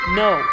no